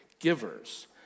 Givers